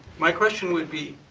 my question would be,